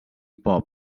pop